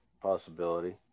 possibility